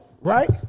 right